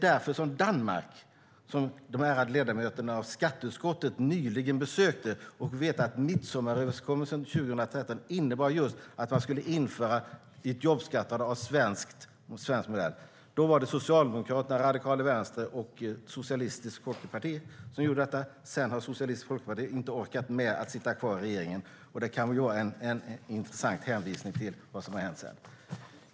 De ärade ledamöterna av skatteutskottet besökte nyligen Danmark. De fick då veta att midsommaröverenskommelsen 2013 innebar just att man skulle införa ett jobbskatteavdrag av svensk modell. Då var det Socialdemokratiet, Radikale venstre och Socialistisk folkeparti som gjorde detta. Sedan har Socialistisk folkeparti inte orkat med att sitta kvar i regeringen. Det kan vara en intressant hänvisning till vad som har hänt sedan. Herr talman!